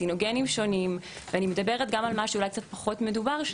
קרצינוגנים שונים ואני מדברת גם על מה שאולי פחות מדובר,